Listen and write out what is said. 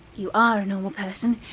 you are a normal person.